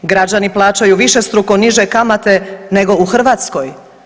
Građani plaćaju višestruko niže kamate nego u Hrvatskoj.